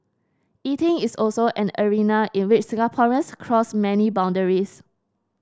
eating is also an arena in which Singaporeans cross many boundaries